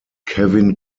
kevin